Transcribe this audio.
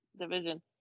division